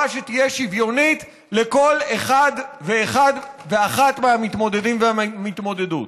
שתהיה שוויונית לכל אחד ואחד ואחת מהמתמודדים והמתמודדות.